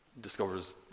discovers